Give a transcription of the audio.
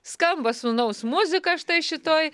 skamba sūnaus muzika štai šitoj